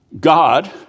God